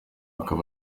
akaba